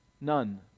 None